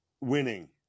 Winning